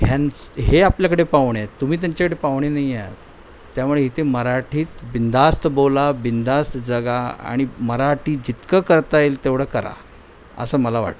ह्यांच् हे आपल्याकडे पाहुणे आहेत तुम्ही त्यांच्याकडे पाहुणे नाही आहात त्यामुळे इथे मराठीत बिंधास्त बोला बिंधास्त जगा आणि मराठी जितकं करता येईल तेवढं करा असं मला वाटतं